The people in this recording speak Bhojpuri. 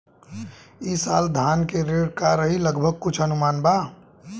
ई साल धान के रेट का रही लगभग कुछ अनुमान बा?